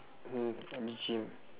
mm at the gym